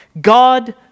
God